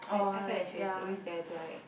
I I felt that she was always there to like